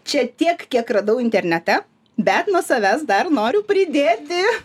čia tiek kiek radau internete bet nuo savęs dar noriu pridėti